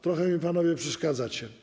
Trochę mi panowie przeszkadzacie.